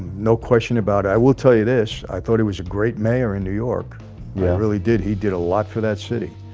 no question about it. i will tell you this. i thought it was a great mayor in new york yeah, really, did he did a lot for that city